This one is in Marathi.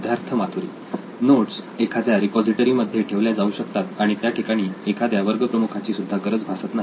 सिद्धार्थ मातुरी नोट्स एखाद्या रिपॉझिटरी मध्ये थेट ठेवल्या जाऊ शकतात आणि त्या ठिकाणी एखाद्या वर्ग प्रमुखाची सुद्धा गरज भासत नाही